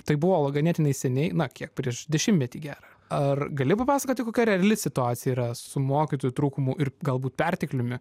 tai buvo ganėtinai seniai na kiek prieš dešimtmetį gerą ar gali papasakoti kokia reali situacija yra su mokytojų trūkumu ir galbūt pertekliumi